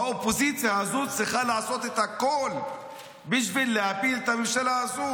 האופוזיציה הזאת צריכה לעשות את הכול בשביל להפיל את הממשלה הזו,